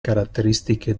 caratteristiche